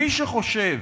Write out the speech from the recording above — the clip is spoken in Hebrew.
מי שחושב